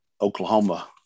oklahoma